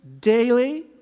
daily